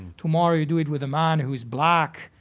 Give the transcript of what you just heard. tomorrow you do it with a man who is black,